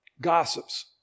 gossips